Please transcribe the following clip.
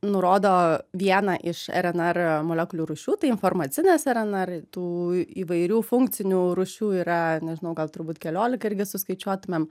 nurodo vieną iš rnr molekulių rūšių tai informacinės rnr tų įvairių funkcinių rūšių yra nežinau gal turbūt keliolika irgi suskaičiuotumėm